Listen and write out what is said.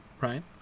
right